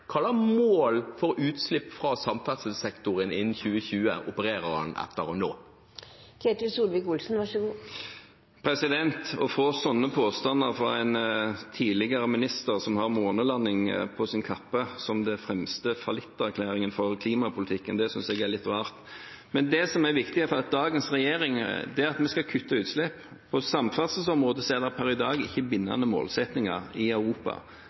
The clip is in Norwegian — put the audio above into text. hva slags mål for utslipp fra samferdselssektoren innen 2020 opererer han etter å nå? Å få sånne påstander fra en tidligere minister som har månelanding på sin kappe som den fremste fallitterklæringen for klimapolitikken, synes jeg er litt rart. Det som er viktigere for dagens regjering er at vi skal kutte utslipp. På samferdselsområdet er det per i dag ikke bindende målsettinger i Europa.